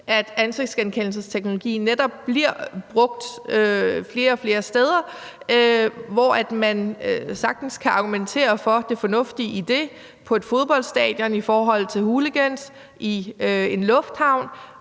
at ansigtsgenkendelsesteknologien netop bliver brugt flere og flere steder, hvor man sagtens kan argumentere for det fornuftige i det – på et fodboldstadion i forhold til hooligans, i en lufthavn